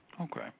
Okay